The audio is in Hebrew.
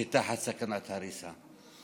שתחת סכנת הריסה.